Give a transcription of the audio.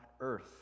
earth